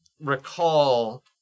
recall